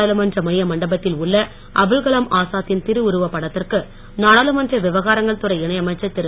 நாடாளுமன்ற மைய மண்டபத்தில் உள்ள அபுல் கலாம் ஆசாத்தின் திருவுருவப் படத்திற்கு நாடர்ளுமன்ற விவகாரங்கள் துறை இணை அமைச்சர் திரு